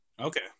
Okay